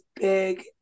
big